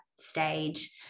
stage